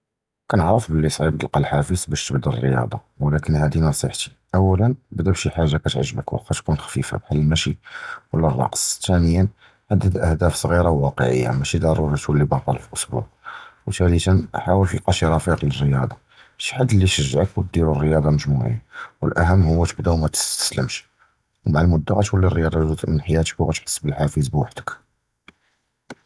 כּנְעַרַף בְּלִי סְעִיב תַּלְקָא הַחָאפְז בַּשּׁ תִּבְדָא הַרְיוּדָה וּלַקִין הָדִי נְצִיחְתִי, אוּלָא אַבְדָא בְּשִי חַאגָ'ה כִּיַּעְגֵּבְכּ וְלָקִין תְּקוּן חַפִיפָה בְּחָאל הַמְשִי וְלָא רַקְס, תִּנִיָּאן חַדֵּד אֻלְעֻ'דַאפ סְגִירָה וּוַקְעִיָּה מַאְשִי דִרּוֹרִי תּוֹלִי בָּטַל פִי שּׁוּבָּע, תִּלְתִּיָּאן חַאֻל תַּלְקָא שִי רְפִיק לְרִיּוּדָה שִי חַד לִישַּׁגְ'עְכּ וְדִירוּ רִיּוּדָה מְגַ'מּוּעִין, וְהָאֻכְּתִּר הוּא תִּבְדָא וְמַתִּסְתַּסְלֵמְש, מַעַ מִלְמִבְתַּע תּוֹלִי הַרְיוּדָה גּ'וּז מִן חַיַּאתְכּ וְכִּיַּחְס בְּלְחָאפְז בּוֹחְדְכּ.